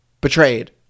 Betrayed